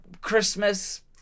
Christmas